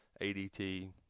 ADT